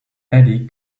eddy